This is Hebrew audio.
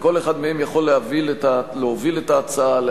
וכל אחד מהם יכול להוביל את ההצעה,